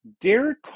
Derek